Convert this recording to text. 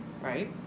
Right